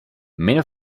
meno